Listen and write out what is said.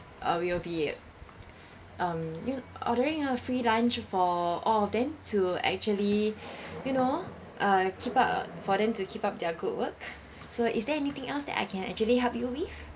uh we will be um y~ ordering a free lunch for all of them to actually you know uh keep up for them to keep up their good work so is there anything else that I can actually help you with